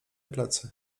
plecy